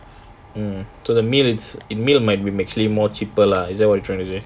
mm so the meal is the meal is actually more cheaper lah is that what you are trying to say